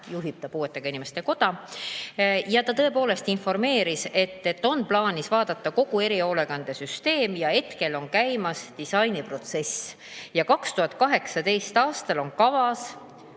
juhib puuetega inimeste koda, tõepoolest informeeris, et oli plaanis vaadata üle kogu erihoolekandesüsteem, oli käimas disainiprotsess ja 2018. aastal oli kavas